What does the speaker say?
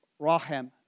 rahem